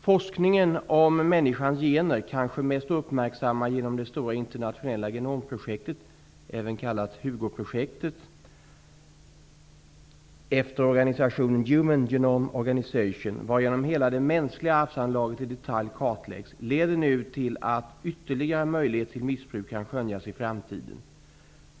Forskningen om människans gener, kanske mest uppmärksammad genom det stora internationella Organization), varigenom hela det mänskliga arvsanslaget i detalj kartläggs, leder nu till att ytterligare möjligheter till missbruk kan skönjas i framtiden.